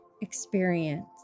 experience